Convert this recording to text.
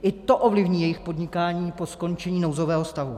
I to ovlivní jejich podnikání po skončení nouzového stavu.